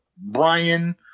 Brian